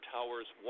Towers